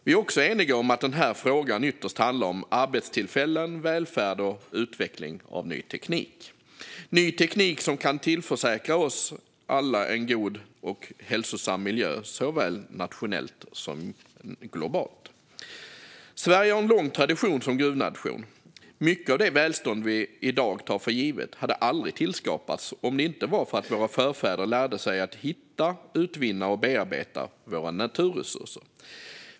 Vi är också eniga om att den här frågan ytterst handlar om arbetstillfällen, välfärd och utveckling av ny teknik - ny teknik som kan tillförsäkra oss alla en god och hälsosam miljö såväl nationellt som globalt. Sverige har en lång tradition som gruvnation. Mycket av det välstånd som vi i dag tar för givet hade aldrig tillskapats om det inte varit för att våra förfäder lärde sig att hitta, utvinna och bearbeta våra naturresurser.